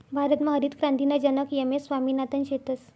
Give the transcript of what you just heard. भारतमा हरितक्रांतीना जनक एम.एस स्वामिनाथन शेतस